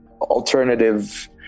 alternative